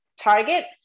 target